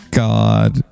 god